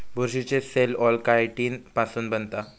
बुरशीची cell wall chitin पासुन बनता